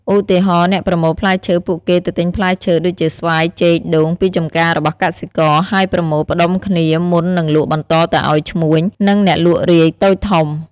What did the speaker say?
ឧទាហរណ៍៖ អ្នកប្រមូលផ្លែឈើពួកគេទៅទិញផ្លែឈើ ដូចជាស្វាយ ចេក ដូង... ពីចម្ការរបស់កសិករ ហើយប្រមូលផ្ដុំគ្នាមុននឹងលក់បន្តទៅឱ្យឈ្មួញ និងអ្នកលក់រាយតូចធំ។